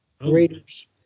readers